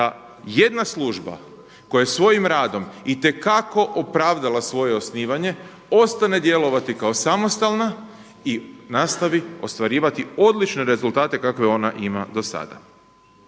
da jedna služba koja svojim radom i te kako opravdala svoje osnivanje ostane djelovati kao samostalna i nastavi ostvarivati odlične rezultate kakve ona ima do sada.